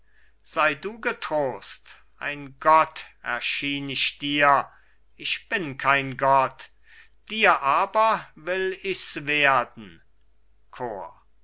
sei du getrost ein gott erschien ich dir ich bin kein gott dir aber will ich's werden